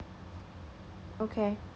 okay